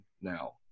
now